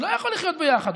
שלא יכול לחיות ביחד,